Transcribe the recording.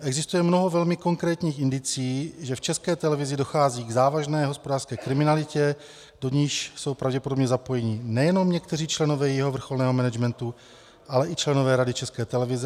Existuje mnoho velmi konkrétních indicií, že v České televizi dochází k závažné hospodářské kriminalitě, do níž jsou pravděpodobně zapojeni nejenom někteří členové jejího vrcholného managementu, ale i členové Rady České televize.